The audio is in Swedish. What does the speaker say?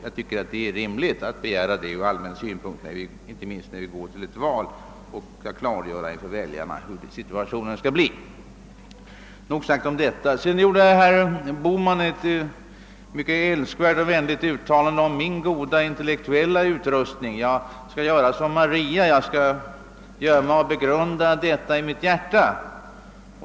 Jag tycker att det ur allmän synpunkt är rimligt att begära en sådan förklaring, inte minst när vi nu går till ett val och skall klargöra för väljarna hur situationen skall bli. Nog sagt om detta! Sedan gjorde herr Bohman ett mycket älskvärt och vänligt uttalande om min goda intellektuella utrustning. Jag skall göra som Jungfru Maria; jag skall gömma och begrunda detta i mitt hjärta.